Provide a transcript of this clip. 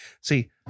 See